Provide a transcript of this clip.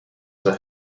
zur